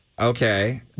Okay